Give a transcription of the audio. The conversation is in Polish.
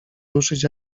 ruszyć